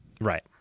right